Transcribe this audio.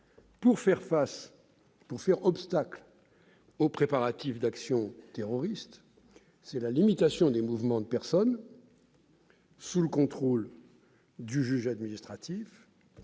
pour faire obstacle aux préparatifs d'actions terroristes : la limitation des mouvements de personnes sous le contrôle du juge administratif